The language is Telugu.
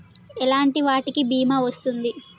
ఎలాంటి వాటికి బీమా వస్తుంది?